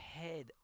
head